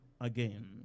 again